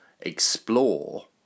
explore